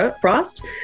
Frost